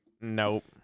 Nope